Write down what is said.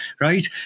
right